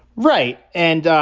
right. and,